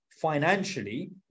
financially